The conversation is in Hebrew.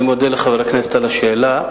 אני מודה לחבר הכנסת על השאלה.